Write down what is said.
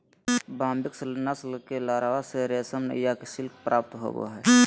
Bombyx नस्ल के larva से रेशम या सिल्क प्राप्त होबा हइ